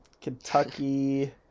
Kentucky